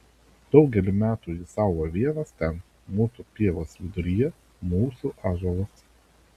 daugelį metų jis augo vienas ten mūsų pievos viduryje mūsų ąžuolas